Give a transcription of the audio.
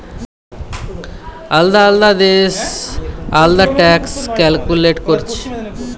আলদা আলদা দেশ আলদা ট্যাক্স ক্যালকুলেট কোরছে